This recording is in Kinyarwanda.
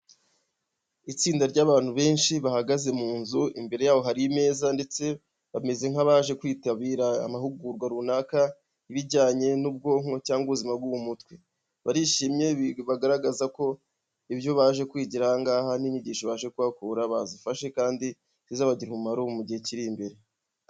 Itsinda ry'abantu benshi bahagaze mu nzu imbere yabo hari ameza ndetse bameze nk'abaje kwitabira amahugurwa runaka, ku ibijyanye n'ubwonko cyangwa ubuzima bwo mu mutwe. Barishimye bagaragaza ko ibyo baje kwigiraha n'inyigisho baje kuhakura bazifashe kandi zizabagirira umumaro mu gihe kiri imbere.